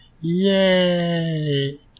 Yay